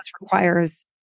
requires